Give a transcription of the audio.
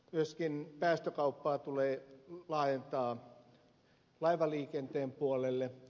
myöskin päästökauppaa tulee laajentaa laivaliikenteen puolelle